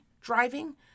driving